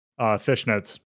fishnets